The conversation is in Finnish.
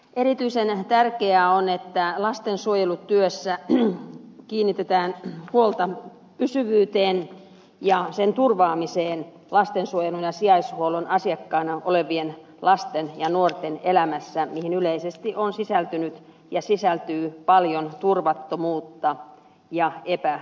erityisen tärkeää on että lastensuojelutyössä kiinnitetään huolta pysyvyyteen ja sen turvaamiseen lastensuojelun ja sijaishuollon asiakkaana olevien lasten ja nuorten elämässä mihin yleisesti on sisältynyt ja sisältyy paljon turvattomuutta ja epävarmuutta